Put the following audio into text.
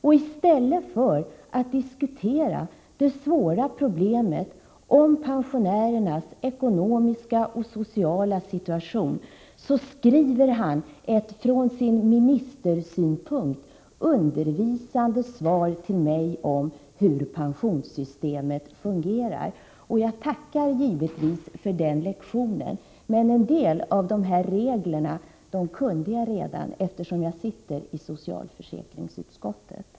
I stället för att diskutera det svåra problemet med pensionärernas ekonomiska och sociala situation, skriver han ett från sin ministersynpunkt undervisande svar till mig om hur pensionssystemet fungerar. Jag tackar givetvis för den lektionen, men en del av dessa regler kunde jag redan, eftersom jag sitter i socialförsäkringsutskottet.